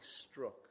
struck